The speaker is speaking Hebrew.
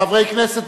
חברי כנסת,